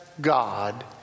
God